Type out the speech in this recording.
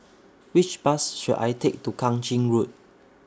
Which Bus should I Take to Kang Ching Road